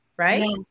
Right